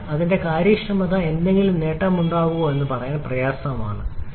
അതിനാൽ അതിൽ കാര്യക്ഷമത എന്തെങ്കിലും നേട്ടമുണ്ടാകുമോ എന്ന് പറയാൻ പ്രയാസമാണ്